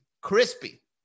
crispy